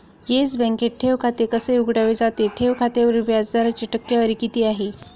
Yes बँकेत ठेव खाते कसे उघडले जाते? ठेव खात्यावरील व्याज दराची टक्केवारी किती आहे?